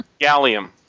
Gallium